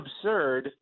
absurd